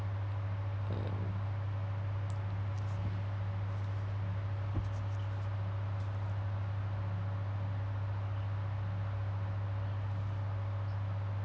mm